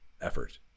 effort